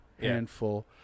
handful